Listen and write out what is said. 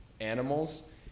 animals